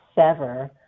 sever